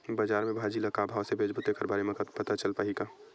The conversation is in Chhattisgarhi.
बजार में भाजी ल का भाव से बेचबो तेखर बारे में पता चल पाही का?